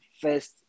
first